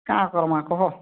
କାଁ କର୍ମା କହ